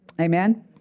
Amen